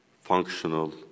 functional